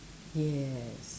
yes